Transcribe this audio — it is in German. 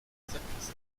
rezeptliste